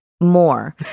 more